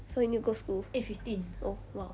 so you need to go school oh !wow!